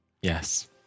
Yes